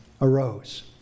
arose